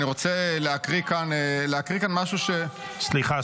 אני רוצה להקריא כאן משהו ------ סליחה,